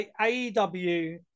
AEW